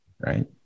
Right